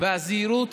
והזהירות